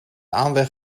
aanleg